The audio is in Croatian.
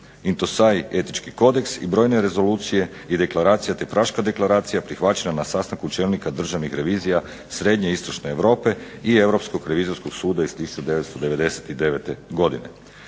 Intosai etički kodeks i brojne rezolucije i deklaracije te Praška deklaracija prihvaćena na sastanku čelnika državnih revizija srednje i istočne Europe i Europskog revizorskog suda iz 1999. godine.